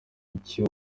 icyo